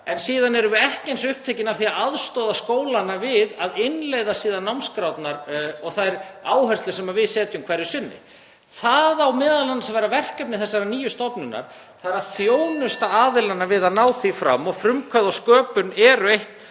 en síðan erum við ekki eins upptekin af því að aðstoða skólana við að innleiða síðan námskrárnar og þær áherslur sem við setjum hverju sinni. Það á m.a. að vera verkefni þessarar nýju stofnunar, (Forseti hringir.) þ.e. að þjónusta aðilana við að ná því fram. Frumkvæði og sköpun eru eitt